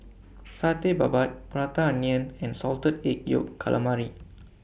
Satay Babat Prata Onion and Salted Egg Yolk Calamari